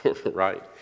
Right